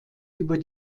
über